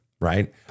right